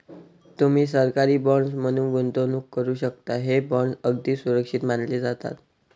तुम्ही सरकारी बॉण्ड्स मध्ये गुंतवणूक करू शकता, हे बॉण्ड्स अगदी सुरक्षित मानले जातात